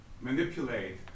manipulate